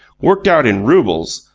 worked out in roubles,